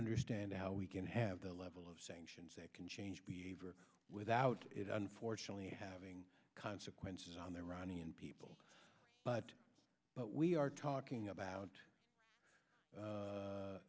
understand how we can have the level of sanctions that can change behavior without it unfortunately having consequences on their ronnie and people but we are talking about